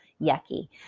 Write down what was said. yucky